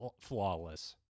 flawless